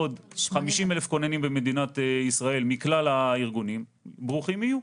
עוד 50 אלף כוננים במדינת ישראל מכלל הארגונים - ברוכים יהיו.